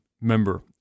member